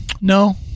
No